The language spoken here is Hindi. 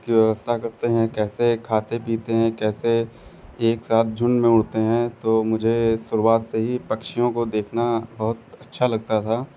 की व्यवस्था करते हैं कैसे खाते पीते हैं कैसे एक साथ झुंड में उड़ते हैं तो मुझे शुरुआत से ही पक्षियों को देखना बहुत अच्छा लगता था